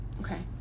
Okay